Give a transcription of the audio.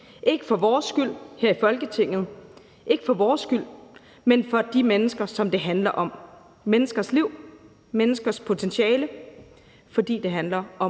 ikke for vores skyld her i Folketinget, ikke for vores skyld, men for de mennesker, som det handler om – menneskers liv, menneskers potentiale – fordi det handler om